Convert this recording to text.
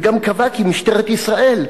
וגם קבע כי משטרת ישראל,